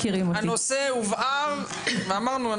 הנושא הובהר ואמרנו,